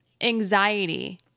anxiety